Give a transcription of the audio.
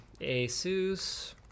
Asus